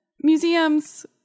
museums